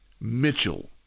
Mitchell